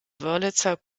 wörlitzer